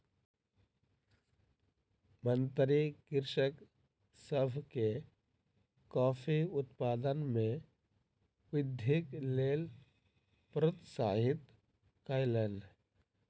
मंत्री कृषक सभ के कॉफ़ी उत्पादन मे वृद्धिक लेल प्रोत्साहित कयलैन